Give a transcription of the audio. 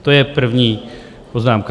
To je první poznámka.